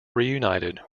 reunited